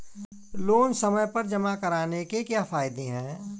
Loan समय पर जमा कराने के क्या फायदे हैं?